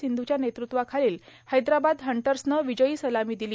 सिंधूच्या नेतृत्वाखालील हैद्राबाद हंटर्सनं विजयी सलामी दिली